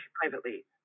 privately